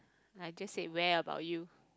I just said where about you